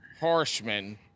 Harshman